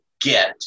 get